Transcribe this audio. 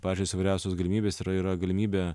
pačios įvairiausios galimybės yra yra galimybė